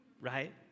right